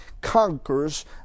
conquers